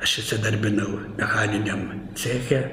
aš įsidarbinau mechaniniam ceche